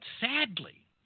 sadly